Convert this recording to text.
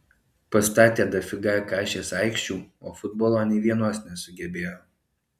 pastatė dafiga kašės aikščių o futbolo nei vienos nesugebėjo